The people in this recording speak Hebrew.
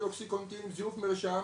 מזיוף של מרשם,